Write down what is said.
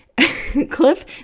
Cliff